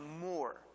more